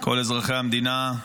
כל אזרחי המדינה,